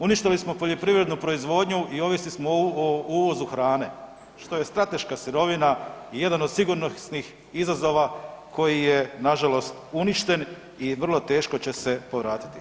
Uništili smo poljoprivrednu proizvodnju i ovisni smo o uvozu hranu, što je strateška sirovina i jedan od sigurnosnih izazova koji je nažalost uništen i vrlo teško će se povratiti.